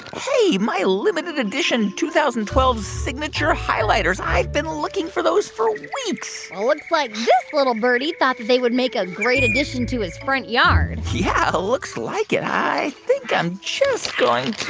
hey, my limited edition two thousand and twelve signature highlighters i've been looking for those for weeks looks like this little birdie thought that they would make a great addition to his front yard yeah, looks like it. i think i'm just going to.